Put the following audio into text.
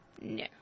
No